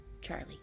Charlie